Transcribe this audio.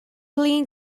flin